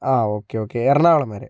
ആ okay okay Ernakulam വരെ